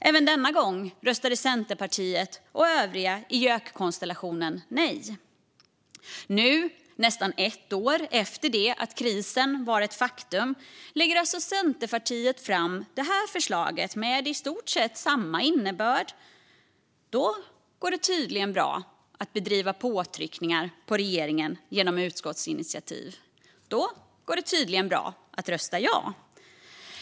Även denna gång röstade Centerpartiet och övriga i JÖK-konstellationen nej. Nu, nästan ett år efter det att krisen blev ett faktum, lägger alltså Centerpartiet fram detta förslag med i stort sett samma innebörd, och då går det tydligen bra att bedriva påtryckningar på regeringen genom utskottsinitiativ. Då går det tydligen bra att rösta ja.